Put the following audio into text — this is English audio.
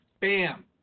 bam